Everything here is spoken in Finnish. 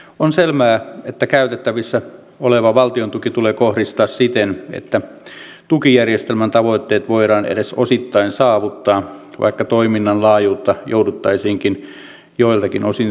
on selvää että käytettävissä oleva valtiontuki tulee kohdistaa siten että tukijärjestelmän tavoitteet voidaan edes osittain saavuttaa vaikka toiminnan laajuutta jouduttaisiinkin joiltakin osin supistamaan